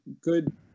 good